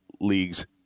league's